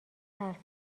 حرف